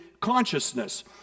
consciousness